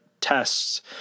tests